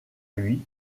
lui